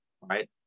right